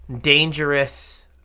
dangerous